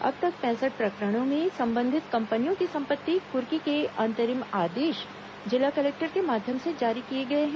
अब तक पैंसठ प्रकरणों में संबंधित कंपनियों की संपत्ति कुर्की के अंतरिम आदेश जिला कलेक्टर के माध्यम से जारी किए गए हैं